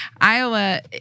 Iowa